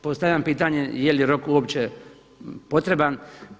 Postavljam pitanje je li rok uopće potreban.